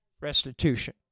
restitution